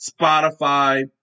Spotify